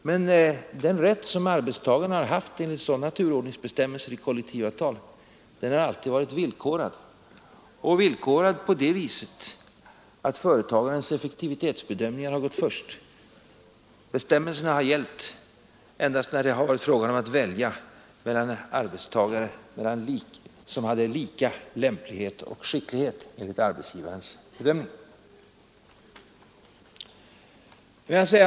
Men den rätt som arbetstagaren har haft enligt sådana turordningsbestämmelser i kollektivavtal har alltid varit villkorad på det viset att företagarens effektivitetsbedömningar har gått först. Bestämmelserna har gällt endast när det har varit fråga om att välja mellan arbetstagare som haft lika lämplighet och skicklighet enligt arbetsgivarens bedömning.